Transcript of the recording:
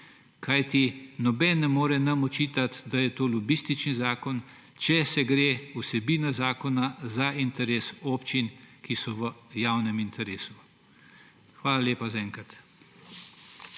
Nihče nam ne more očitati, da je to lobistični zakon, če gre v vsebini zakona za interes občin, ki so v javnem interesu. Hvala lepa zaenkrat.